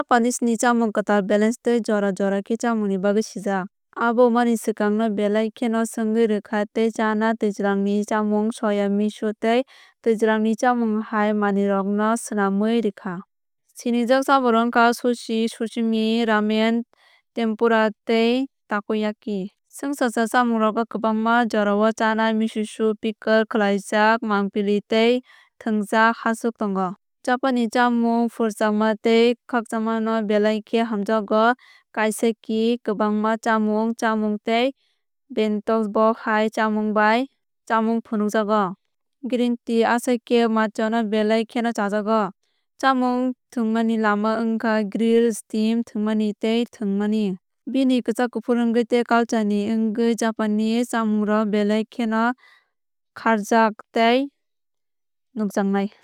Japanese ni chamung kwtal balance tei jora jora khe chamungni bagwi sijak. Abo umami ni swkang no belai kheno swngwi rwkha tei chana twijlangni chámung soya miso tei twijlangni chámung hai manwirokno swnamwi rwkha. Sinijak chamungrok wngkha sushi sashimi ramen tempura tei takoyaki. Chwngsacha chamungrogo kwbangma jorao chana miso soup pickle khlaijak mangpili tei thwngjak hachwk tongo. Japanni chamung phuarjakma tei kwchangma no belai khe hamjakgo kaiseki kwbangma chamung chámung tei bento box hai chámung bai chámung phunukjago. Green tea aswk khe matcha no belai kheno chajakgo. Chamung thwngmani lama wngkha grill steam thwngmani tei thwngmani. Bini kwchak kuphur wngwi tei culture ni mungwi Japanese chamungrok belai kheno khárjak tei nukjaknai.